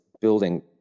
building